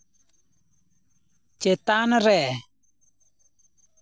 ᱪᱮᱛᱟᱱ ᱨᱮ